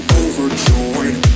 overjoyed